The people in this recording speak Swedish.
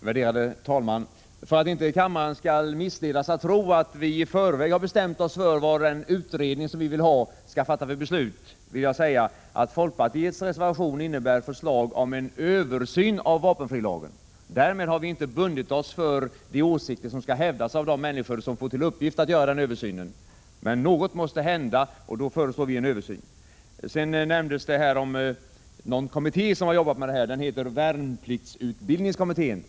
Prot. 1986/87:46 Herr talman! För att inte kammaren skall missledas att tro att vi i förväg 10 december 1986 bestämt oss för vad den utredning vi vill ha skall fatta för beslut vill jagsäga SG Nn att folkpartiets reservation innebär förslag om översyn av vapenfrilagen. Därmed har vi inte bundit oss för de åsikter som skall hävdas av de människor som gör översynen. Men något måste hända, och vi föreslår en översyn. Man har nämnt värnpliktsutbildningskommittén.